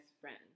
friends